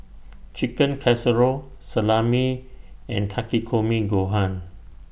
Chicken Casserole Salami and Takikomi Gohan